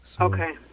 Okay